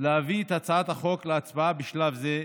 להביא את הצעת החוק להצבעה בשלב זה,